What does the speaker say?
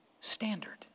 standard